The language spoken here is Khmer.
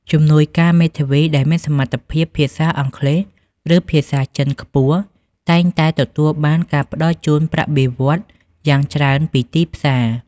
ជំនួយការមេធាវីដែលមានសមត្ថភាពភាសាអង់គ្លេស ឬភាសាចិនខ្ពស់ តែងតែទទួលបានការផ្តល់ជូនប្រាក់បៀវត្សរ៍យ៉ាងច្រើនពីទីផ្សារ។